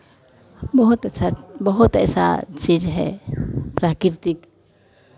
बहुत अच्छा बहुत ऐसा चीज़ है प्राकृतिक